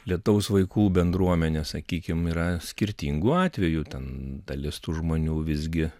lietaus vaikų bendruomenė sakykim yra skirtingų atvejų ten dalis tų žmonių visgi